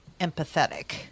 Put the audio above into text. empathetic